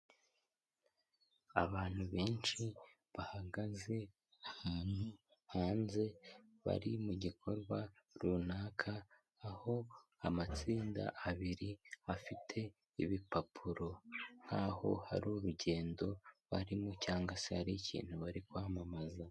Abantu benshi bahagaze ahantu hanze bari mu gikorwa runaka, aho amatsinda abiri afite ibipapuro nkaho hari urugendo barimo cyangwa se hari ikintu bari kwamamaza.